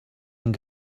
and